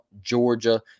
Georgia